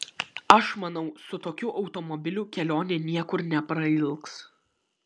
aš manau su tokiu automobiliu kelionė niekur neprailgs